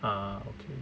ah okay